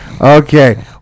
Okay